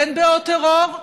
בין בעוד טרור,